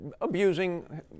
abusing